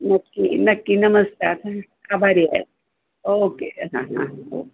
नक्की नक्की नमस्कार आभारी आहे ओके हां हां हो